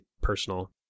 personal